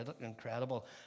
incredible